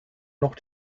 noch